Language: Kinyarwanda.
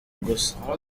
gusa